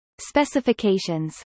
Specifications